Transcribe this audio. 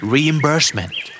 Reimbursement